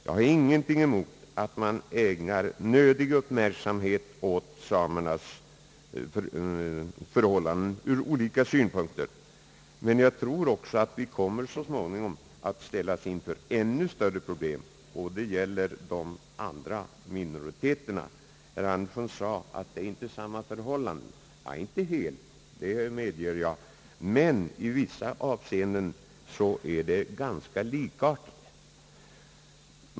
Jag har ingenting emot att man ägnar nödig uppmärksamhet åt samernas förhållanden ur olika synpunkter, men jag tror också att vi så småningom kommer att ställas inför ännu större problem, nämligen de som gäller de andra minoriteterna. Herr Andersson sade, att det inte är samma förhållande som med samerna. Nej, inte helt, det medger jag, men i vissa avseenden är förhållandena ganska likartade.